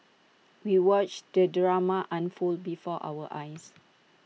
we watched the drama unfold before our eyes